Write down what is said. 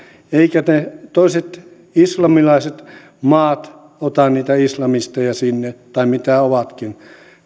eivätkä ne toiset islamilaiset maat ota sinne niitä islamisteja tai mitä ovatkin